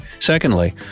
Secondly